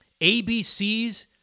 ABC's